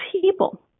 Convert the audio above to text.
people